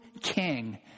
king